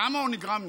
למה נגרם נזק?